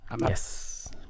Yes